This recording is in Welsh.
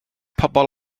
pobl